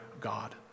God